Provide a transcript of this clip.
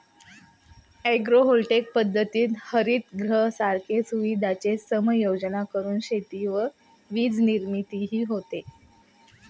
agrovoltaic पद्धतीत हरितगृहांसारख्या सुविधांचे समायोजन करून शेती व वीजनिर्मितीही होते